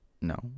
No